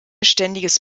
ständiges